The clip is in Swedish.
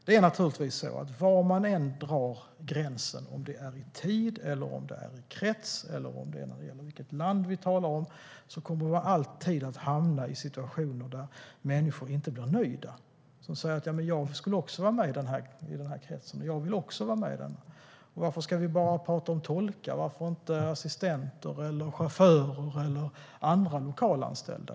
Det är naturligtvis så att var man än drar gränsen, om det är i tid, om det handlar om en krets eller om ett visst land, så kommer vi alltid att hamna i situationer där människor inte blir nöjda och som säger att de också vill vara med i den kretsen. Och varför ska vi bara prata om tolkar? Varför inte assistenter eller chaufförer eller andra lokalanställda?